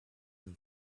him